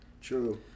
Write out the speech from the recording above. True